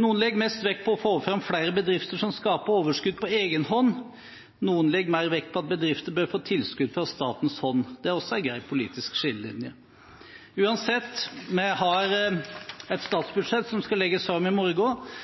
Noen legger mest vekt på å få fram flere bedrifter som skaper overskudd på egen hånd, noen legger mer vekt på at bedrifter bør få tilskudd fra statens hånd. Det er også en grei politisk skillelinje. Uansett, vi har et statsbudsjett som skal legges fram i